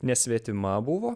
nesvetima buvo